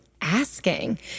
asking